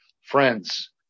friends